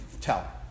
tell